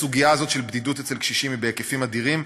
הסוגיה הזאת של בדידות של קשישים היא בהיקפים אדירים.